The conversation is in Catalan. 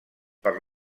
per